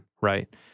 right